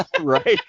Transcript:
Right